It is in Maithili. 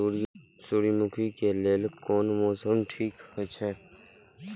सूर्यमुखी के लेल कोन मौसम ठीक हे छे?